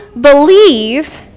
believe